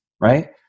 right